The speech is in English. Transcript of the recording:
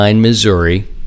Missouri